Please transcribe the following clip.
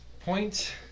Point